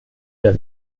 der